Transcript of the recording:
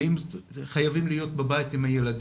כי הם חייבים להיות בבית עם הילדים.